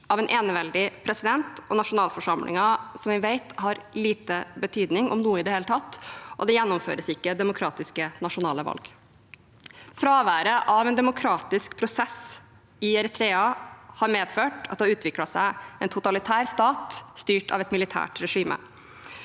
av en eneveldig president, og som vi vet, har nasjonalforsamlingen liten betydning – om noen i det hele tatt – og det gjennomføres ikke demokratiske nasjonale valg. Fraværet av en demokratisk prosess i Eritrea har medført at det har utviklet seg en totalitær stat, styrt av et militært regime.